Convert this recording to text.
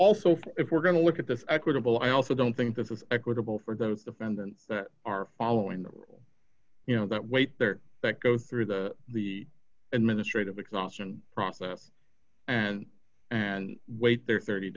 also if we're going to look at this equitable i also don't think this is equitable for those defendants that are following the you know that weight that go through the the and ministry of exhaustion process and and wait their thirty